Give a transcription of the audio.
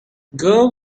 girl